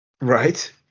right